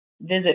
visit